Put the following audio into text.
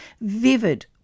vivid